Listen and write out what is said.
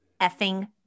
effing